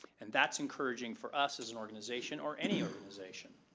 and that's encouraging for us as an organization or any organization.